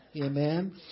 amen